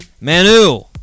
Manu